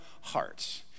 hearts